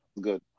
good